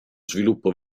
sviluppo